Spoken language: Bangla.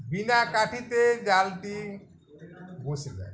বিনা কাঠিতে জালটি বসে যায়